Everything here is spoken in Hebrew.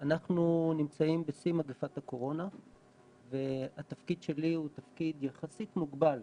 אנחנו נמצאים בשיא מגפת הקורונה והתפקיד שלי הוא תפקיד יחסית מוגבל,